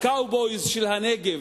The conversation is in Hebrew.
ה"קאובויז" של הנגב,